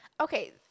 Okay